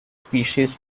species